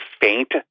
faint